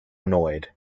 annoyed